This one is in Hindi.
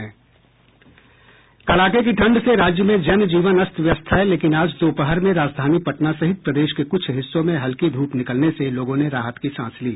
कड़ाके की ठंड से राज्य में जनजीवन अस्त व्यस्त है लेकिन आज दोपहर में राजधानी पटना सहित प्रदेश के कुछ हिस्सों में हल्की धूप निकलने से लोगों ने राहत की सांस ली